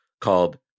called